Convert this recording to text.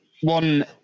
one